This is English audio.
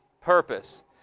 purpose